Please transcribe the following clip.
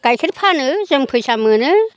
गाइखेर फानो जों फैसा मोनो